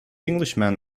englishman